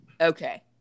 okay